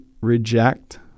reject